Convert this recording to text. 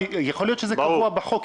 יכול להיות שזה קבוע בחוק.